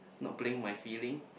not playing my feeling